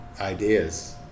ideas